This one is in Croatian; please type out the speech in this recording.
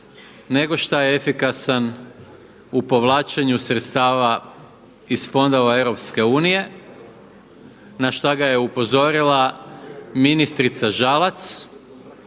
nego šta je efikasan u povlačenju sredstava iz fondova EU na šta ga je upozorila ministrica Žalac